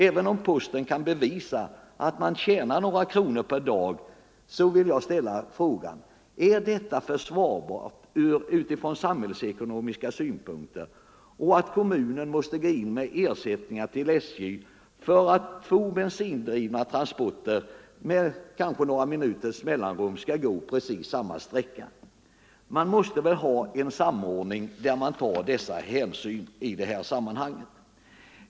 Även om postverket kan bevisa att man härigenom sparar några kronor per dag vill jag ställa frågan: Är detta försvarbart från samhällsekonomiska synpunkter och med tanke på att kommunen måste gå in med ersättningar för att två bensindrivna transporter, kanske med några minuters mellanrum, skall gå precis samma sträcka? Man måste väl ha en samordning som tar hänsyn härtill.